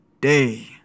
day